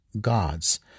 gods